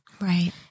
Right